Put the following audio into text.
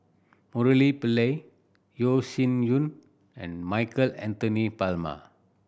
Murali Pillai Yeo Shih Yun and Michael Anthony Palmer